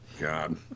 God